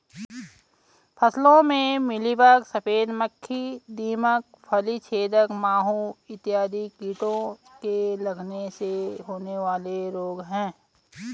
फसलों में मिलीबग, सफेद मक्खी, दीमक, फली छेदक माहू इत्यादि कीटों के लगने से होने वाले रोग हैं